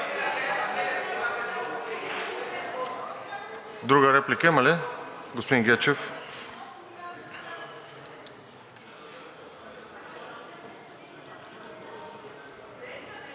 Друга реплика има ли? Господин Гечев.